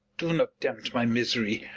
do not tempt my misery,